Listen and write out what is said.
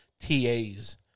TAs